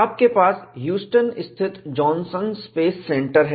आपके पास ह्यूस्टन स्थित जॉनसन स्पेस सेंटर है